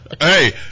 Hey